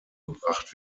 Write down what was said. gebracht